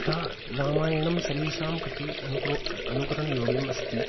तथा रामायणं सर्वेषां कृते अनुकरो अनुकरणयोग्यमस्ति